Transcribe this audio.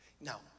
Now